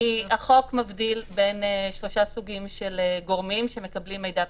כי החוק מבדיל בין שלושה סוגים של גורמים שמקבלים מידע פלילי.